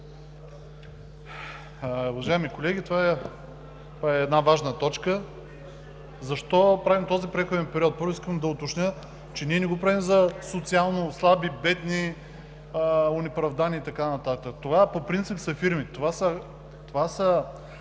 Уважаеми колеги, това е една важна точка. Защо правим този преходен период? Първо, искам да уточня, че ние не го правим за социално слаби, бедни, онеправдани и така нататък. Това по принцип са фирми, това са